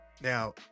Now